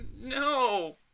no